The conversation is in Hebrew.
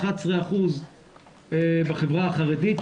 11% בחברה החרדית,